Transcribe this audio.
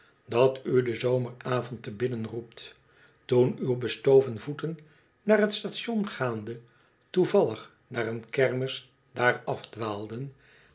dat u den zomeravond te binnen roept toen uw bestoven voeten naar t station gaande toevallig naar een kermis daar